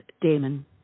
Damon